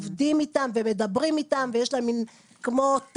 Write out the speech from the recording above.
זה מה שמוביל אותנו איפה לגור ואיפה לעבוד.